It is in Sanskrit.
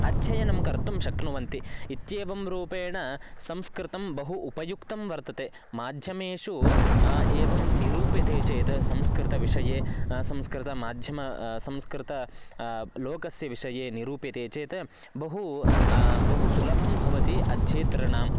अध्ययनं कर्तुं शक्नुवन्ति इत्येवं रूपेण संस्कृतं बहु उपयुक्तं वर्तते माध्यमेषु एवं निरूप्यते चेत् संस्कृतविषये संस्कृतमाध्यमं संस्कृतं लोकस्य विषये निरूप्यते चेत् बहु बहु सुलभं भवति अध्येतॄणां